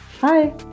Hi